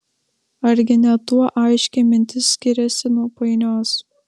argi ne tuo aiški mintis skiriasi nuo painios